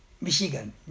Michigan